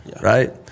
right